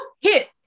hit